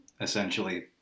essentially